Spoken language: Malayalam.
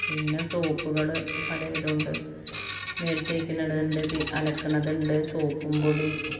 പിന്നെ സോപ്പുകൾ പല ഇതും ഉണ്ട് മേൽ തേക്കുന്നത് ഉണ്ട് അളക്കുന്നത് ഉണ്ട് സോപ്പും പൊടി